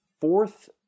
fourth